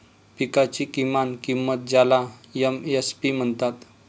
पिकांची किमान किंमत ज्याला एम.एस.पी म्हणतात